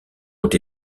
ont